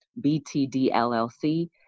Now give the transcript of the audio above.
BTDLLC